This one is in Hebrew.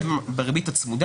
בריבית הצמודה